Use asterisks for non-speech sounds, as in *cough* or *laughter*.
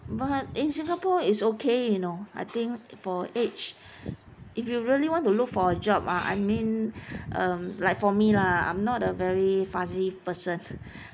but in singapore it's okay you know I think for age if you really want to look for a job ah I mean *breath* um like for me lah I'm not a very fussy person